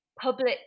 public